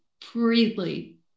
freely